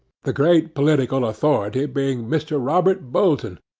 the great political authority being mr. robert bolton,